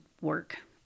work